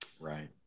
Right